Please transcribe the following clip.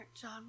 John